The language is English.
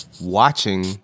watching